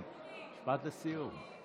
משפט לסיום.